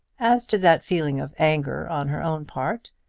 as to that feeling of anger on her own part,